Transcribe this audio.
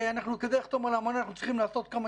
כדי לחתום על האמנה אנחנו צריכים לעשות כמה